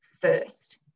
first